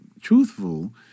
truthful